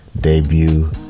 Debut